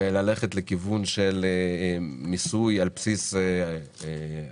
ללכת לכיוון של מיסוי על בסיס הגדרת